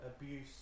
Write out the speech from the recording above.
abuse